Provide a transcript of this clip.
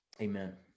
amen